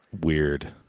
weird